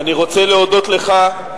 אדוני היושב-ראש, אני רוצה להודות לך,